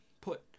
put